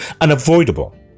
unavoidable